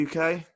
UK